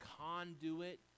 conduit